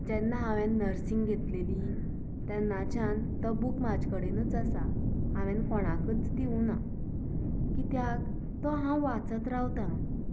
जेन्ना हांवें नर्सींग घेतलेली तेन्नाच्यान तो बूक म्हजे कडेनूच आसा हांवें कोणाकच दिवंक ना कित्याक तो हांव वाचत रावतां